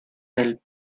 del